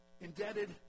indebted